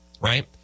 right